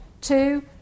Two